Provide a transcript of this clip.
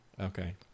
Okay